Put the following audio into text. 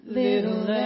little